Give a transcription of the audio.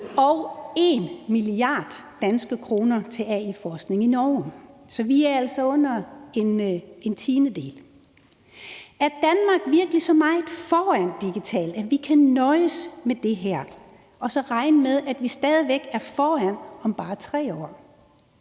og 1 milliard danske kroner til forskning i Norge. Så vi er altså under en tiendedel. Er Danmark virkelig så meget foran digitalt, at vi kan nøjes med det her og så regne med, at vi stadig væk er foran om bare 3 år?